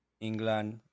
England